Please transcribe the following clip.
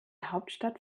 hauptstadt